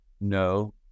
No